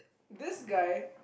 this guy